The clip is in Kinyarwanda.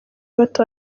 bato